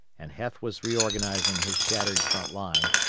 and heth was reorganizing his shattered front line,